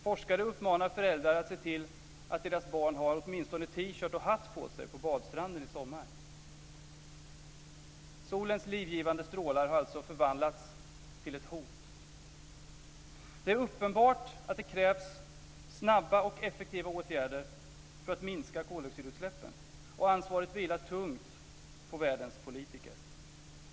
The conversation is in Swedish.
Forskare uppmanar föräldrar att se till att deras barn har åtminstone T-shirt och hatt på sig på badstranden i sommar. Solens livgivande strålar har alltså förvandlats till ett hot. Det är uppenbart att det krävs snabba och effektiva åtgärder för att minska koldioxidutsläppen, och ansvaret vilar tungt på världens politiker.